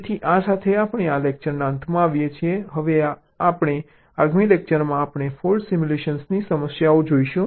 તેથી આ સાથે આપણે આ લેક્ચરના અંતમાં આવીએ છીએ હવે આપણા આગામી લેક્ચરમાં આપણે ફોલ્ટ સિમ્યુલેશનની સમસ્યા જોઈશું